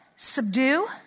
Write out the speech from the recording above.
Subdue